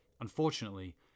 Unfortunately